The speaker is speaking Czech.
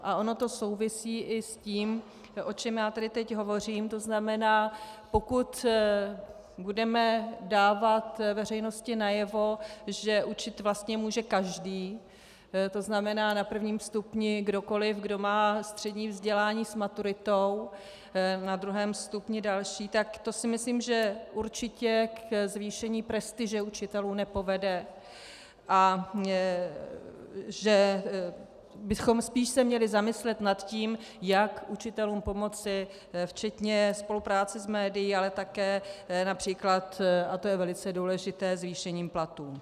A ono to souvisí i s tím, o čem já tady teď hovořím, to znamená pokud budeme dávat veřejnosti najevo, že učit může vlastně každý, to znamená na prvním stupni kdokoli, kdo má střední vzdělání s maturitou, na druhém stupni další, tak to si myslím, že určitě ke zvýšení prestiže učitelů nepovede a že bychom se spíš měli zamyslet nad tím, jak učitelům pomoci včetně spolupráce s médii, ale také např. a to je velice důležité zvýšením platů.